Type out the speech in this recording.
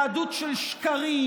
יהדות של שקרים,